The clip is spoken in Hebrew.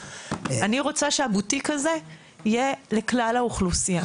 אני רוצה שהבוטיק הזה יהיה לכלל האוכלוסייה,